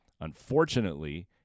Unfortunately